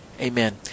Amen